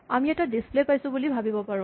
আমি এটা ডিচপ্লে পাইছোঁ বুলি ভাৱিব পাৰোঁ